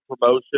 promotion